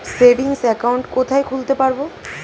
Savings account কোথায় খুলতে পারব?